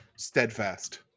Steadfast